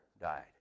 died